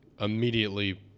immediately